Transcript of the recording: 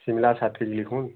ଶିମଲା ସାତ କେଜି ଲେଖୁନ